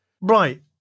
Right